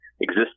exist